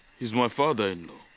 he's my father-in-law.